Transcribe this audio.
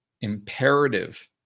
imperative